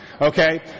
Okay